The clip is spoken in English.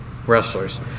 Wrestlers